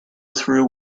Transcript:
through